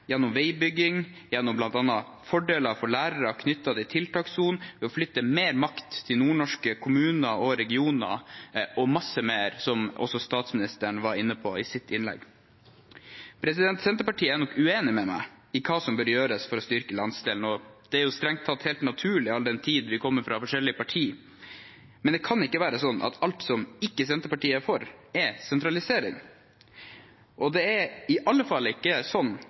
gjennom veibygging, gjennom bl.a. fordeler for lærere knyttet til tiltakssonen, ved å flytte mer makt til nordnorske kommuner og regioner og masse mer, som også statsministeren var inne på i sitt innlegg. Senterpartiet er nok uenig med meg i hva som bør gjøres for å styrke landsdelen. Det er strengt tatt helt naturlig, all den tid vi kommer fra forskjellige parti. Men det kan ikke være sånn at alt som Senterpartiet ikke er for, er sentralisering, og det er i alle fall ikke sånn